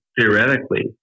theoretically